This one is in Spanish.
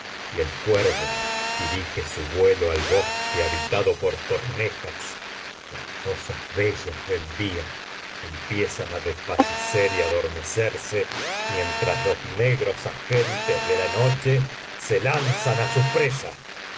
y el cuervo dirige su vuelo al bosque habitado por cornejas las cosas bellas del día empiezan á desfallecer y adormecerse mientras los negros agentes de la noche se lanzan á su presa